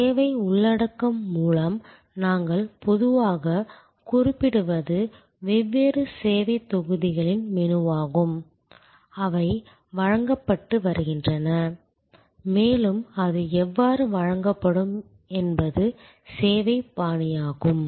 சேவை உள்ளடக்கம் மூலம் நாங்கள் பொதுவாகக் குறிப்பிடுவது வெவ்வேறு சேவைத் தொகுதிகளின் மெனுவாகும் அவை வழங்கப்பட்டு வருகின்றன மேலும் அது எவ்வாறு வழங்கப்படும் என்பது சேவை பாணியாகும்